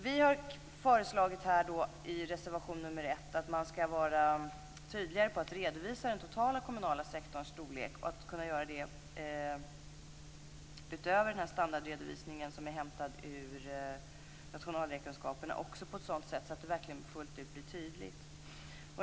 Vi har i reservation nr 1 föreslagit att man skall vara tydligare på att redovisa den totala kommunala sektorns storlek och göra det utöver den standardredovisning som är hämtad ur nationalräkenskaperna på ett sådant sätt att det verkligen fullt ut blir tydligt.